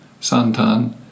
Santan